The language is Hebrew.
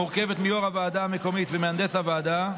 המורכבת מיו"ר הוועדה ומהנדס הוועדה,